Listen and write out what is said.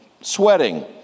sweating